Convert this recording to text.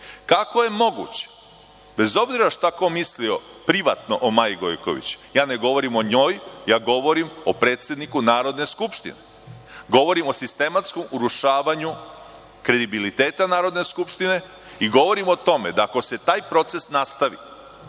Kako je moguće, bez obzira šta ko mislio privatno o Maji Gojković, ja ne govorim o njoj, ja govorim o predsedniku Narodne skupštine, govorim o sistematskom urušavanju kredibiliteta Narodne skupštine i govorim o tome da ako se taj proces nastavi,